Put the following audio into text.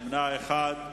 נמנע אחד.